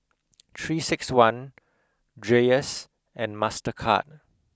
three six one Dreyers and Mastercard